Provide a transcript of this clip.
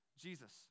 Jesus